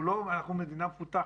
אנחנו מדינה מפותחת.